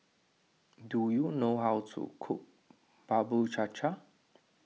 do you know how to cook Bubur Cha Cha